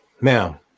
Now